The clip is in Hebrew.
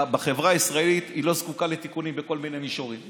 שהחברה הישראלית לא זקוקה לתיקונים בכל מיני מישורים.